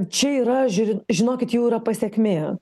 čia yra žiūri žinokit jau yra pasekmė